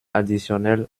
additionnel